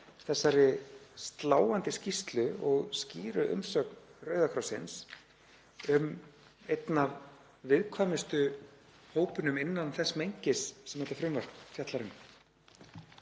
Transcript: þessari sláandi skýrslu og skýru umsögn Rauða krossins um einn af viðkvæmustu hópunum innan þess mengis sem þetta frumvarp fjallar um.